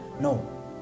No